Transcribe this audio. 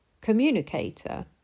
communicator